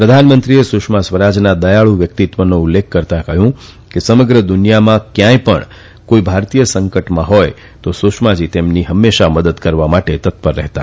પ્રધાનમંત્રીએ સુષ્મા સ્વરાજના દયાળુ વ્યકિતત્વનો ઉલ્લેખ કર્તા કહયું કે સમગ્ર દુનિયામાં કયાય પણ કોઈ ભારતીય સંકટમાં હોય તો સુષ્માજી તેમની મદદ કરવા હંમેશા તત્પર રહેતા